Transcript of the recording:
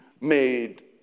made